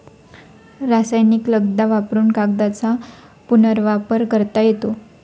रासायनिक लगदा वापरुन कागदाचा पुनर्वापर करता येतो